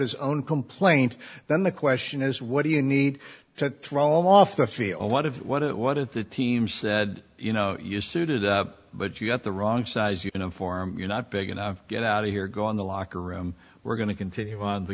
his own complaint then the question is what do you need to throw off the field a lot of what it what if the team said you know you suited up but you got the wrong size uniform you're not big enough to get out here go in the locker room we're going to continue on the